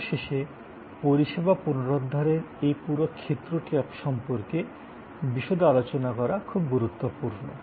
সর্বশেষে পরিষেবা পুনরুদ্ধারের এই পুরো ক্ষেত্রটি সম্পর্কে বিশদে আলোচনা করা খুব গুরুত্বপূর্ণ